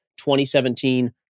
2017